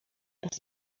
bez